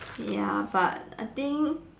ya but I think